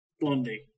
Blondie